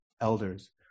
elders